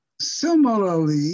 similarly